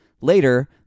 later